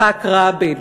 יצחק רבין,